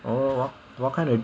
oh what what kind of